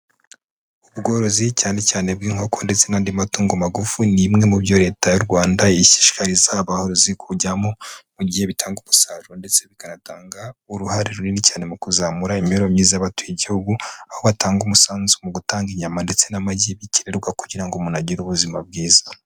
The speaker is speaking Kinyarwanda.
Ubworozi cyane cyane bw'inkoko ndetse n'andi matungo magufi, ni imwe mu byo Leta y'u Rwanda ishishikariza abarozi kujyamo, mu gihe bitanga umusaruro ndetse bikanatanga uruhare runini cyane, mu kuzamura imibereho myiza y'abatuye igihugu. Aho batanga umusanzu mu gutanga inyama, ndetse n'amagi bikenerwa, kugira ngo umuntu agire ubuzima bwiza.